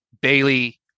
Bailey